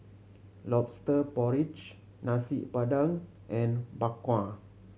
Lobster Porridge Nasi Padang and Bak Kwa